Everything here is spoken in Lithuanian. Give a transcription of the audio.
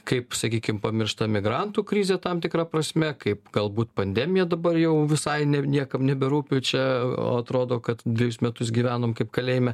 kaip sakykim pamiršta migrantų krizė tam tikra prasme kaip galbūt pandemija dabar jau visai niekam neberūpi čia o atrodo kad dvejus metus gyvenom kaip kalėjime